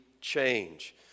change